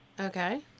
Okay